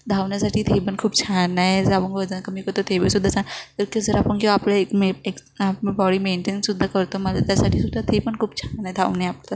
धावण्यासाठी ते पण खूप छान आहे जे आपण बोलतो ना कमी होतो ते बी सुद्धा छान तर ते जर आपण किंवा आपलं एक मेक् आपण बॉडी मेंटेन सुद्धा करतो मला त्यासाठी सुद्धा ते पण खूप छान आहे धावणे आपलं